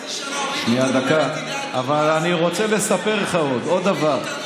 בחצי שנה הוא, אבל אני רוצה לספר לך עוד דבר.